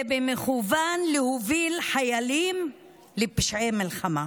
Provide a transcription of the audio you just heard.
זה במכוון להוביל חיילים לפשעי מלחמה.